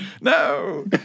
No